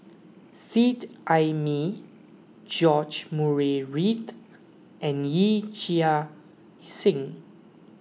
Seet Ai Mee George Murray Reith and Yee Chia Hsing